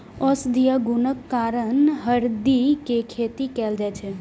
औषधीय गुणक कारण हरदि के खेती कैल जाइ छै